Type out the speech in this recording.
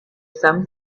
some